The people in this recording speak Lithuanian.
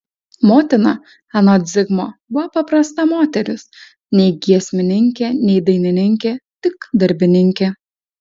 motina anot zigmo buvo paprasta moteris nei giesmininkė nei dainininkė tik darbininkė